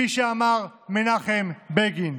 כפי שאמר מנחם בגין.